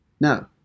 No